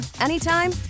anytime